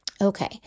Okay